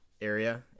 area